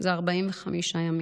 זה 45 ימים: